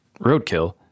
roadkill